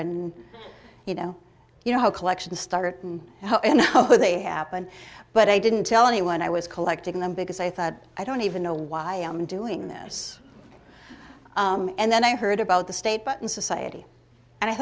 and you know you know how collections start but they happen but i didn't tell anyone i was collecting them because i thought i don't even know why i'm doing this and then i heard about the state button